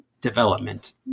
development